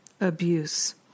abuse